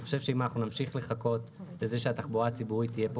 אני חושב שאם אנחנו נמשיך לחכות לזה שהתחבורה הציבורית תהיה פה